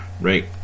right